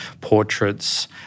portraits